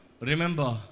remember